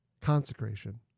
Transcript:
consecration